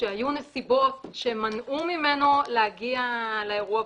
שהיו נסיבות שמנעו ממנו להגיע לאירוע,